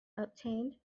obtained